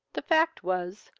the fact was,